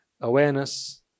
awareness